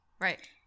Right